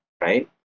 right